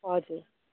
हजुर